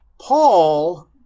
Paul